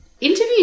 Interview